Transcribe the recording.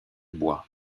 bois